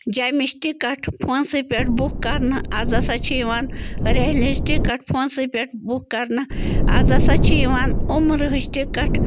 جَمِچ ticket فونسٕے پٮ۪ٹھ book کرنہٕ آز ہسا چھِ یِوان ریلہِ ہنٛز ٹِکَٹ فونسٕے پٮ۪ٹھ بُک کرنہٕ آز ہسا چھِ یِوان عُمرٕہچ ٹِکَٹ